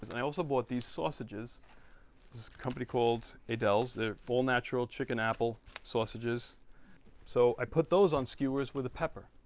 and i also bought these sausages. this company called adele's they're all natural chicken-apple sausages so i put those on skewers with a pepper,